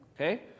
Okay